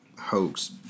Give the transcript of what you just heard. hoax